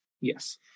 yes